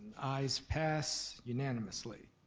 ayes pass unanimously,